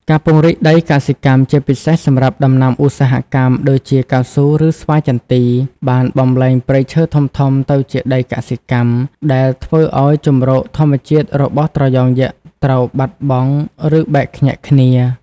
ការពង្រីកដីកសិកម្ម ជាពិសេសសម្រាប់ដំណាំឧស្សាហកម្ម ដូចជាកៅស៊ូ ឬស្វាយចន្ទី បានបំប្លែងព្រៃឈើធំៗទៅជាដីកសិកម្ម ដែលធ្វើឲ្យជម្រកធម្មជាតិរបស់ត្រយងយក្សត្រូវបាត់បង់ ឬបែកខ្ញែកគ្នា។